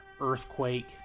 earthquake